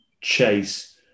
chase